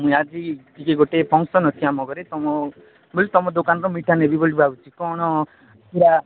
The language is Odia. ମୁଁ ଆଜି ଟିକେ ଗୋଟେ ଫଙ୍କ୍ସନ୍ ଅଛି ଆମ ଘରେ ତୁମ ବୋଲି ତୁମ ଦୋକାନର ମିଠା ନେବି ବୋଲି ଭାବୁଛି କ'ଣ ପୁରା